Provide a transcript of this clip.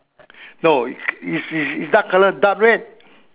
no is is is dark colour dark red